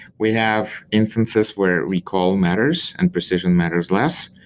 we have instances where recall matters and precision matters less.